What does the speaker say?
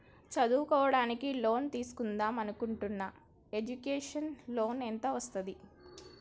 చదువుకోవడానికి లోన్ తీస్కుందాం అనుకుంటున్నా ఎడ్యుకేషన్ లోన్ ఎంత వస్తది?